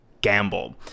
gamble